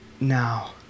now